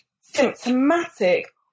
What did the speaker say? symptomatic